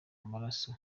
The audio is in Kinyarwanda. amaraso